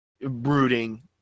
brooding